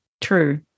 True